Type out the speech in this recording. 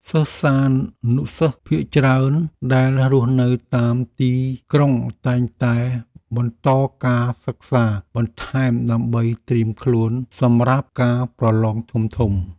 សិស្សានុសិស្សភាគច្រើនដែលរស់នៅតាមទីក្រុងតែងតែបន្តការសិក្សាបន្ថែមដើម្បីត្រៀមខ្លួនសម្រាប់ការប្រឡងធំៗ។